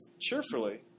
cheerfully